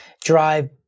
drive